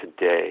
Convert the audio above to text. today